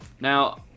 Now